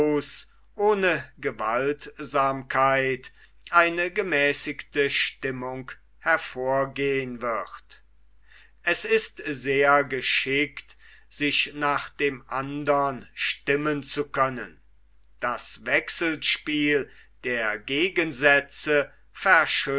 ohne gewaltsamkeit eine gemäßigte stimmung hervorgehn wird es ist sehr geschickt sich nach dem andern stimmen zu können das wechselspiel der gegensätze